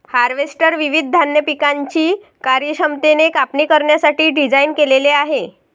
harvester विविध धान्य पिकांची कार्यक्षमतेने कापणी करण्यासाठी डिझाइन केलेले आहे